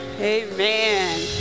amen